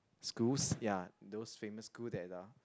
schools ya those famous school that are